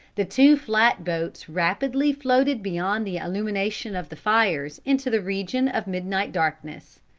the two flat boats rapidly floated beyond the illumination of the fires into the region of midnight darkness.